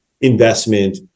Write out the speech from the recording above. investment